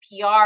PR